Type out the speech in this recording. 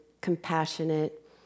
compassionate